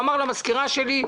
הוא אמר למזכירה שלי: